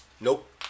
Nope